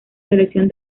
selección